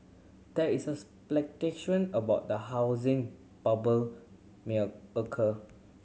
there is speculation about the housing bubble may a occur